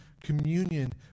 communion